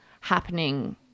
happening